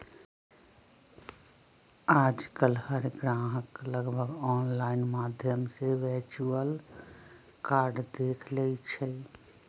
आजकल हर ग्राहक लगभग ऑनलाइन माध्यम से वर्चुअल कार्ड देख लेई छई